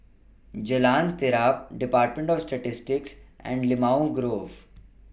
Jalan Terap department of Statistics and Limau Grove